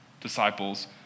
disciples